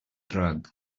drag